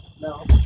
No